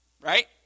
Right